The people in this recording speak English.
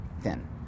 thin